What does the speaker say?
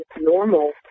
normal